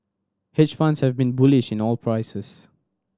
hedge funds have been bullish in oil prices